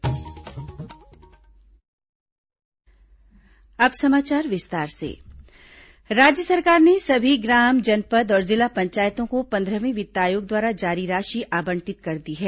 वित्त आयोग राशि आवंटन राज्य सरकार ने सभी ग्राम जनपद और जिला पंचायतों को पंद्रहवें वित्त आयोग द्वारा जारी राशि आवंटित कर दी है